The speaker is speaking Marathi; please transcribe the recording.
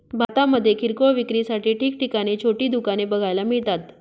भारतामध्ये किरकोळ विक्रीसाठी ठिकठिकाणी छोटी दुकाने बघायला मिळतात